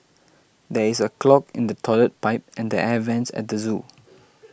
there is a clog in the Toilet Pipe and the Air Vents at the zoo